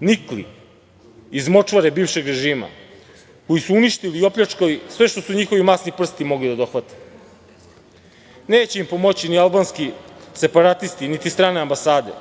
nikli iz močvare bivšeg režima, koji su opljačkali i uništili sve što su njihovi masni prsti mogli da dohvate. Neće im pomoći ni albanski separatisti, niti strane ambasade,